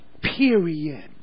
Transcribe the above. Period